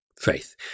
faith